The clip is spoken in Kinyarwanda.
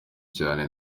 cyane